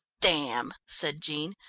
damn! said jean,